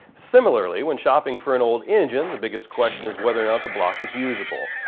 similarily when shopping for an old engine the biggest question is whether or not the block is usable.